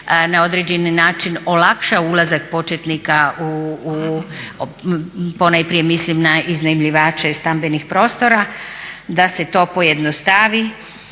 na određeni način olakša ulazak početnika, ponajprije mislim na iznajmljivače stambenih prostora, da se to pojednostavi.